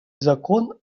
закон